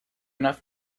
enough